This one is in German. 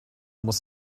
muss